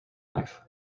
life